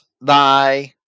thy